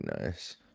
nice